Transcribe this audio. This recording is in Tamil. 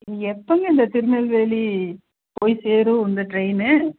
எப்போங்க இந்த திருநெல்வேலி போய் சேரும் இந்த ட்ரெயின்னு